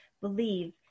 believe